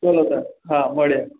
ચાલો ત્યારે હા મળ્યા